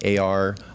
AR